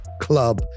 club